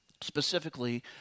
specifically